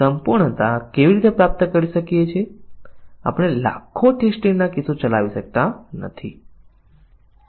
અને આપણે એ પણ બતાવવું જોઈએ કે નિવેદન કવરેજ વડે શાખા કવરેજ પ્રાપ્ત થતું નથી તેથી ઓછામાં ઓછી એક શાખા છે જે નિવેદન કવરેજ દ્વારા આવરી લેવામાં આવતી નથી નહિંતર તો તેઓ સમાન હશે